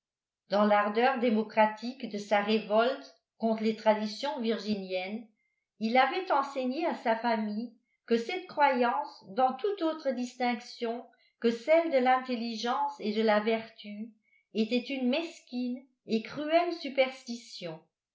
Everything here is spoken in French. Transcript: dans l'ardeur démocratique de sa révolte contre les traditions virginiennes il avait enseigné à sa famille que cette croyance dans toute autre distinction que celle de l'intelligence et de la vertu était une mesquine et cruelle superstition